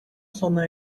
sona